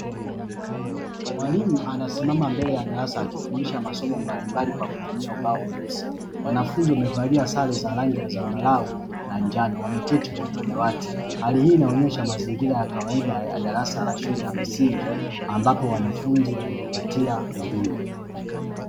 Mwalimu anasimama mbele ya darasa akifundisha masomo mbalimbali kwa kutumia ubao mweusi. Wanafunzi wamevalia sare za rangi ya zambarau na njano wameketi kwenye madawati, hali hii inaonyesha mazingira ya kawaida ya darasa la shule ya msingi ambapo wanafunzi wanajipatia elimu.